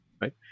right